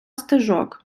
стежок